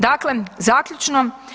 Dakle zaključno.